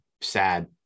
sad